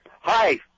Hi